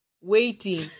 waiting